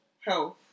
health